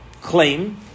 claim